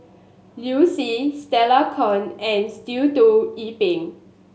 Liu Si Stella Kon and Sitoh Yih Pin